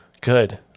Good